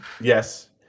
yes